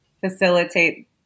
facilitate